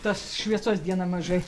tos šviesos dieną mažai